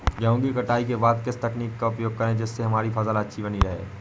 गेहूँ की कटाई के बाद किस तकनीक का उपयोग करें जिससे हमारी फसल अच्छी बनी रहे?